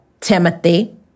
Timothy